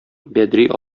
бәдри